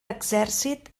exèrcit